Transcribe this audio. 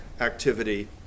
activity